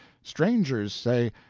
strangers say,